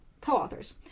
co-authors